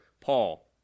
Paul